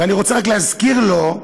ואני רוצה רק להזכיר לו,